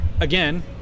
Again